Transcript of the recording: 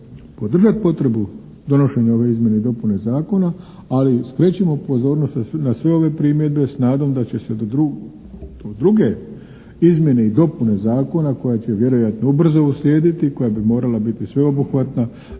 podržati potrebu donošenja ove izmjene i dopune Zakona ali i skrećemo pozornost na sve ove primjedbe s nadom da će se do druge izmjene i dopune zakona koja će vjerojatno ubrzo uslijediti, koja bi morala biti sveobuhvatna.